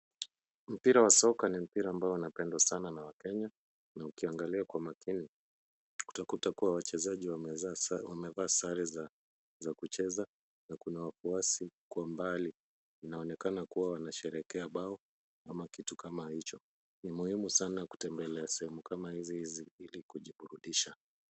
Mpira wa soka ni mpira ambao unaopendwa sana na wakenya. Na ukiangalia kwa makini utakuta kuwa wachezaji wamevaa sare za kucheza na kuna wafuasi kwa mbali. Inaonekana kuwa wanasherehekea bao ama kitu kama hicho. Ni muhimu sana kutembelea sehemu kama hizi hizi ili kujiburudisha.